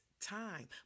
time